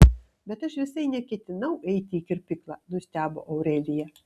bet aš visai neketinau eiti į kirpyklą nustebo aurelija